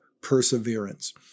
perseverance